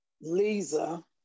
Lisa